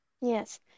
Yes